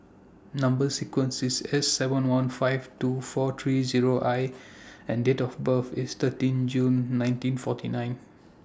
Number sequence IS S seven one five two four three Zero I and Date of birth IS thirteen June nineteen forty nine